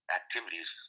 activities